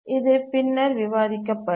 இது பின்னர் விவாதிக்கப்படும்